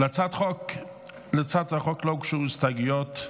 להצעת החוק לא הוגשו הסתייגויות,